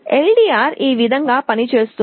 LDR ఈ విధంగా పనిచేస్తుంది